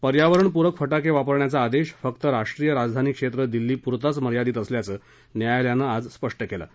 पर्यावरणपूरक फटाके वापरण्याचा आदेश फक्त राष्ट्रीय राजधानी क्षेत्र दिल्ली पुरताच मर्यादित असल्याचं न्यायालयानं स्पष्ट केलं आहे